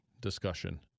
discussion